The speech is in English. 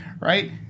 right